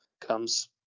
comes